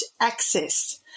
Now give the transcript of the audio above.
access